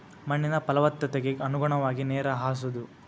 ಮಣ್ಣಿನ ಪಲವತ್ತತೆಗೆ ಅನುಗುಣವಾಗಿ ನೇರ ಹಾಸುದು